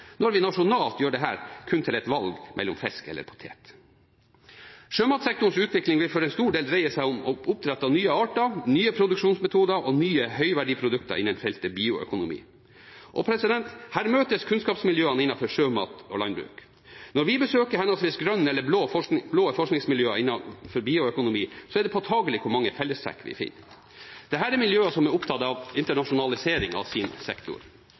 når vi nasjonalt gjør dette kun til et valg mellom fisk og potet. Sjømatsektorens utvikling vil for en stor del dreie seg om oppdrett av nye arter, nye produksjonsmetoder og nye høyverdiprodukter innen feltet bioøkonomi. Her møtes kunnskapsmiljøene innenfor sjømat og landbruk. Når vi besøker henholdsvis grønne eller blå forskningsmiljøer innenfor bioøkonomi, er det påtakelig hvor mange fellestrekk vi finner. Dette er miljøer som er opptatt av internasjonalisering av sin sektor.